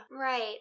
Right